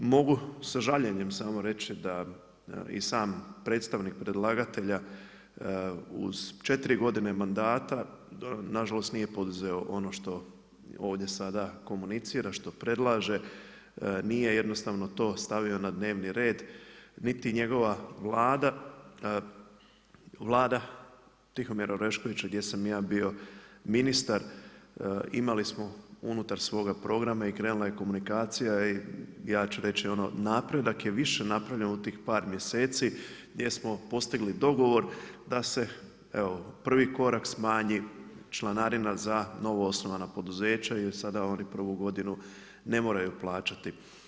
Mogu sa žaljenjem samo reći, da i sam predstavnik predlagatelja u 4 godine mandata, nažalost nije poduzeo ono što ovdje sada komunicira, što predlaže, nije jednostavno to stavio na dnevni red, niti njegova Vlada, Vlada Tihomira Oreškovića, gdje sam ja bio ministar, imali smo unutar svoga programa i krenula je komunikacija i ja ću reći ono napredak je više napravljen u tih par mjeseci, gdje smo postigli dogovor da se, evo prvi korak smanji, članarina za novo osnovana poduzeća, jer sada oni prvu godinu ne moraju plaćati.